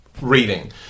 reading